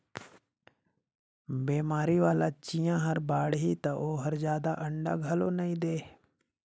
बेमारी वाला चिंया हर बाड़ही त ओहर जादा अंडा घलो नई दे